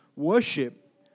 worship